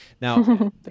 Now